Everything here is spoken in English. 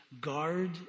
guard